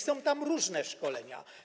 Są tam różne szkolenia.